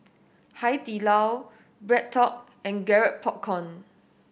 Hai Di Lao BreadTalk and Garrett Popcorn